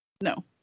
No